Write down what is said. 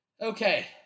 Okay